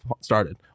started